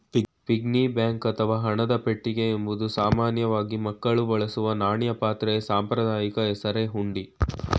piggy bank ಅಥವಾ ಹಣದ ಪೆಟ್ಟಿಗೆ ಎಂಬುದು ಸಾಮಾನ್ಯವಾಗಿ ಮಕ್ಕಳು ಬಳಸುವ ನಾಣ್ಯ ಪಾತ್ರೆಯ ಸಾಂಪ್ರದಾಯಿಕ ಹೆಸರೇ ಹುಂಡಿ